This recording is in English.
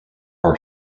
our